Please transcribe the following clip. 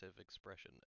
expression